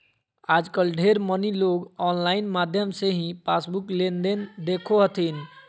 आजकल ढेर मनी लोग आनलाइन माध्यम से ही पासबुक लेनदेन देखो हथिन